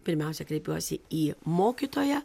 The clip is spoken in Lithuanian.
pirmiausia kreipiuosi į mokytoją